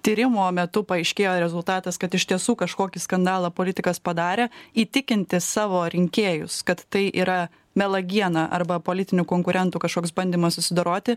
tyrimo metu paaiškėjo rezultatas kad iš tiesų kažkokį skandalą politikas padarė įtikinti savo rinkėjus kad tai yra melagiena arba politinių konkurentų kažkoks bandymas susidoroti